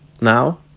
now